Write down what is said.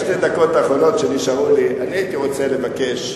בשתי הדקות האחרונות שנשארו לי הייתי רוצה לבקש,